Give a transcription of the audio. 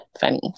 funny